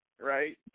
right